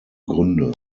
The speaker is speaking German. gründe